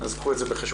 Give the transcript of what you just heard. - אז קחו את זה בחשבון.